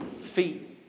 feet